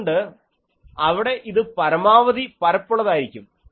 അതുകൊണ്ട് അവിടെ ഇത് പരമാവധി പരപ്പുള്ളതായിരിക്കും